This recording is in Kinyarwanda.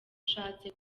ushatse